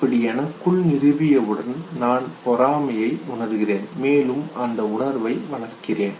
அப்படி எனக்குள் நிறுவியவுடன் நான் பொறாமையை உணர்கிறேன் மேலும் அந்த உணர்வை வளர்க்கிறேன்